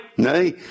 No